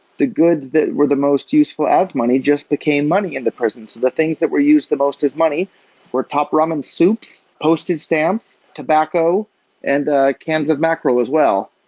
the goods that were the most useful as money just became money in the prison so the things that were used the most as money we're top ramen soups, postage stamps, tobacco and cans of mackerel as well.